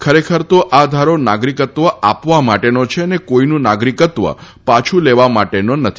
ખરેખર તો આ ધારો નાગરિકત્વ આપવા માટેનો છે અને કોઇનું નાગરિકત્વ પાછુ લેવા માટેનો નથી